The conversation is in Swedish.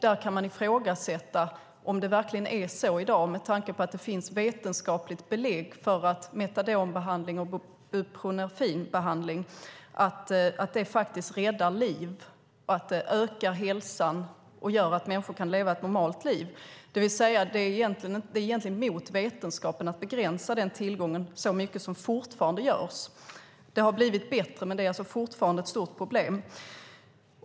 Där kan man ifrågasätta om det verkligen är så i dag, med tanke på att det finns vetenskapliga belägg för att metadonbehandling och buprenorfinbehandling faktiskt räddar liv, ökar hälsan och gör att människor kan leva ett normalt liv. Det är egentligen mot vetenskapen att begränsa den tillgången så mycket som fortfarande görs. Det har blivit bättre, men det är fortfarande ett stort problem.